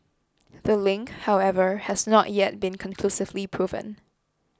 the link however has not yet been conclusively proven